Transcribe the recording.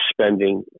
spending